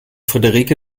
friederike